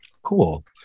Cool